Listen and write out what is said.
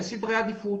יש סדרי עדיפות.